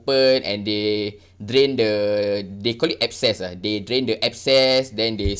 and they drain the they call it abscess lah they drain the abscess then they